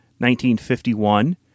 1951